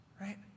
right